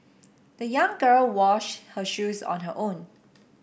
the young girl washed her shoes on her own